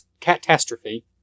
Catastrophe